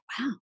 wow